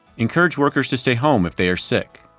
encourage workers to stay home if they are sick.